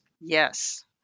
Yes